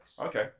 Okay